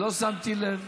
לא שמתי לב.